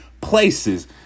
places